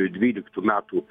dvyliktų metų